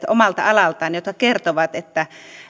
omalta alaltaan ne asiantuntijat jotka kertovat että